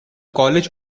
college